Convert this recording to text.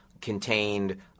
contained